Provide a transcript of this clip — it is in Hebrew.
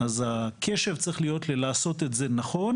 אז הקשב צריך להיות על לעשות את זה נכון,